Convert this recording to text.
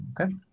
Okay